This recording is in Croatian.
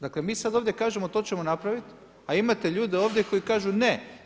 Dakle, mi sad ovdje kažemo to ćemo napraviti, a imate ljude ovdje koji kažu ne.